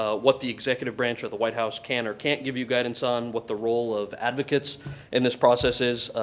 ah what the executive branch of the white house can or can't give you guidance on, what the role of advocates in this process is,